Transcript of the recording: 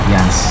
Yes